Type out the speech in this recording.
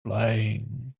playing